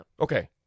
Okay